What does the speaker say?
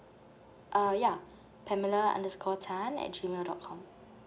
uh yeah pamela underscore tan at G mail dot com